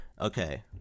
Okay